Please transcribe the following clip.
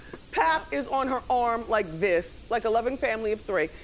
pap is on her arm like this, like a loving family of three.